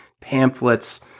pamphlets